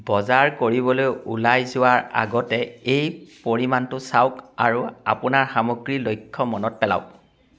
বজাৰ কৰিবলৈ ওলাই যোৱাৰ আগতে এই পৰিমাণটো চাওক আৰু আপোনাৰ সামগ্ৰীৰ লক্ষ্য মনত পেলাওক